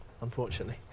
unfortunately